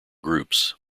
groups